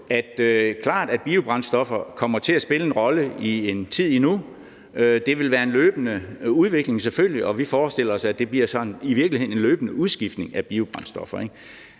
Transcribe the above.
at biobrændstoffer kommer til at spille en rolle i en tid endnu. Det vil selvfølgelig være en løbende udvikling, og vi forestiller os, at det i virkeligheden bliver sådan en løbende udskiftning af biobrændstoffer.